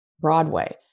Broadway